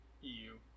EU